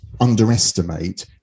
underestimate